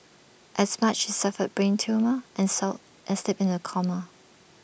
as much he suffered brain trauma and sold and slipped into A coma